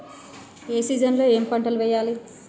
ఏ season లో ఏం పంటలు వెయ్యాలి?